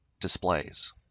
displays